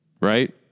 right